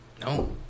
No